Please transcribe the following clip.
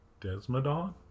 Desmodon